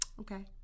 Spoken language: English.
okay